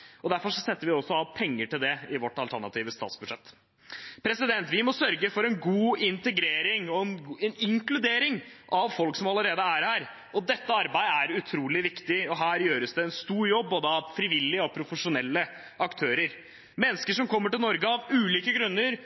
Derfor setter vi også av penger til det i vårt alternative statsbudsjett. Vi må sørge for en god integrering og inkludering av folk som allerede er her. Dette arbeidet er utrolig viktig, og her gjøres det en stor jobb av både frivillige og profesjonelle aktører. Mennesker som kommer til Norge av ulike grunner,